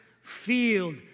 field